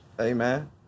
Amen